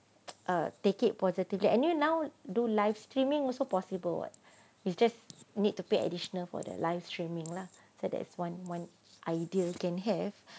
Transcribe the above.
uh take it positively and then now do live streaming also possible what you just need to pay additional for the live streaming lah so there's one one idea you can have